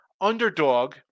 underdog